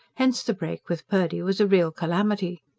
hence the break with purdy was a real calamity.